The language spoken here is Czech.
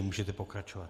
Můžete pokračovat.